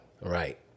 Right